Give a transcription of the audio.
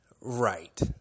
Right